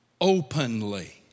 openly